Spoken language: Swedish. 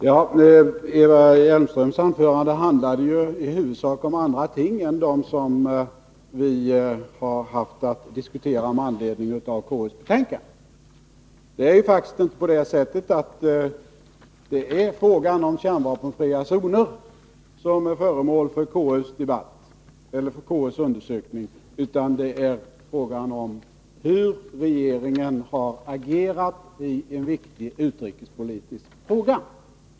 Herr talman! Eva Hjelmströms anförande handlade i huvudsak om andra ting än dem som vi har att diskutera med anledning av KU:s betänkande. Det är faktiskt inte frågan om kärnvapenfria zoner som är föremål för konstitutionsutskottets undersökning, utan frågan om hur regeringen har agerat i en viktig utrikespolitisk fråga.